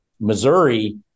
Missouri